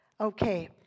Okay